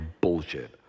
bullshit